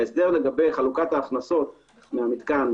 ההסדר לגבי חלוקת ההכנסות מהמתקן,